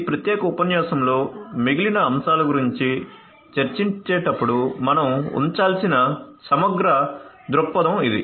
ఈ ప్రత్యేక ఉపన్యాసంలో మిగిలిన అంశాల గురించి చర్చించేటప్పుడు మనం ఉంచాల్సిన సమగ్ర దృక్పథం ఇది